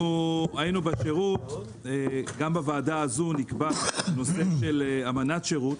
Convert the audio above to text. גם בוועדה הזו נקבע נושא של אמנת שירות.